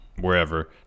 wherever